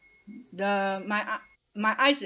the my e~ my eyes